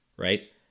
Right